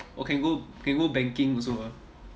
oh can go can go banking also ah